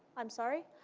i'm sorry.